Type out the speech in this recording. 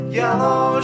yellow